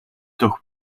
toch